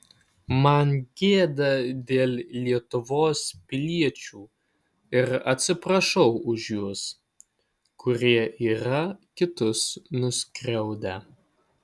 man gėda dėl lietuvos piliečių ir atsiprašau už juos kurie yra kitus nuskriaudę